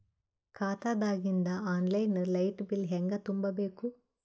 ಖಾತಾದಾಗಿಂದ online light bill ಹೇಂಗ ತುಂಬಾ ಬೇಕು?